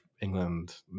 England